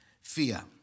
Fear